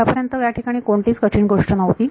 आत्तापर्यंत याठिकाणी कोणतीच कठीण गोष्ट नव्हती